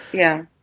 yeah.